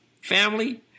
family